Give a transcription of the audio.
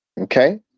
Okay